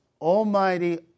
almighty